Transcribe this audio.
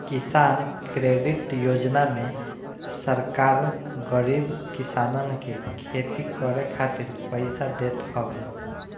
किसान क्रेडिट योजना में सरकार गरीब किसानन के खेती करे खातिर पईसा देत हवे